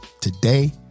today